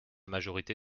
majorité